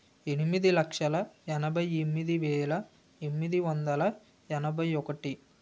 ఎనిమిది లక్షల ఎనభై ఎమ్మిది వేల ఎమ్మిది వందల ఎనభై ఒకటి